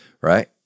right